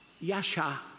Yasha